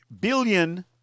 billion